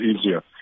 easier